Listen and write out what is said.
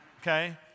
okay